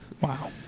wow